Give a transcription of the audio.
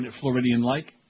Floridian-like